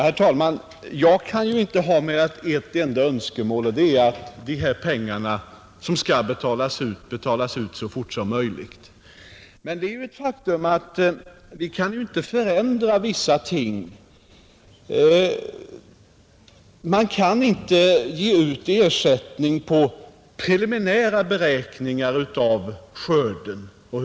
Herr talman! Jag kan inte ha mer än ett enda önskemål, och det är att dessa pengar utbetalas så fort som möjligt. Men vi kan inte förändra vissa ting, Ersättning kan inte betalas ut på grundval av preliminära beräkningar av skörderesultatet.